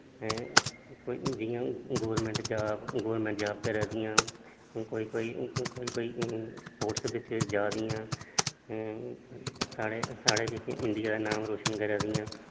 ते जियां हून गौरमेंट गौरमेंट जाॅब करा दियां न कोई कोई कोई कोई हून स्पोर्टस बिच्च जा दियां साढ़े साढ़े जेह्का इंडिया दा नाम रोशन करा दियां